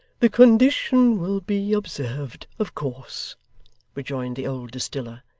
the condition will be observed, of course rejoined the old distiller.